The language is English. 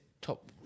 top